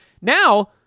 Now